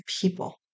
people